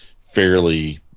fairly